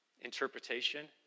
interpretation